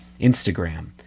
instagram